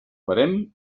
barem